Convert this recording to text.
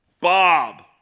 Bob